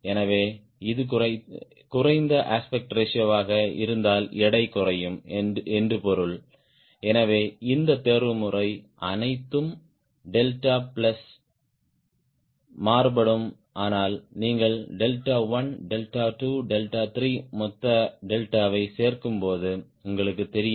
எனவே இது குறைந்த அஸ்பெக்ட் ரேஷியோ வாக இருந்தால் எடை குறையும் என்று பொருள் எனவே இந்த தேர்வுமுறை அனைத்தும் டெல்டா பிளஸ் மாறுபடும் ஆனால் நீங்கள் டெல்டா 1 டெல்டா 2 டெல்டா 3 மொத்த டெல்டாவைச் சேர்க்கும்போது உங்களுக்குத் தெரியும்